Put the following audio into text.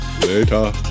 Later